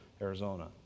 Arizona